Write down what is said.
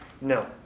No